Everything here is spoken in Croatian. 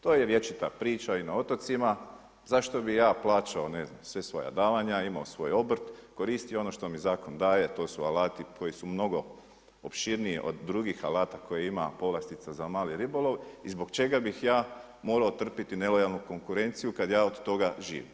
To je vječita priča i na otocima, zašto bi ja plaćao ne znam sva svoja davanja, imao svoj obrt, koristio ono što mi zakon daje, a to su alati koji su mnog opširniji od drugih alata koje ima povlastica za mali ribolov i zbog čega bih ja morao trpiti nelojalnu konkurenciju kada ja od toga živim